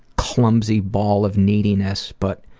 clumsy ball of neediness, but